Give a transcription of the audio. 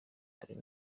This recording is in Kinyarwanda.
ari